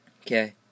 Okay